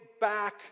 back